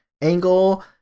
angle